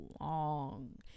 long